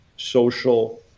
social